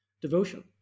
devotion